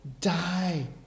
die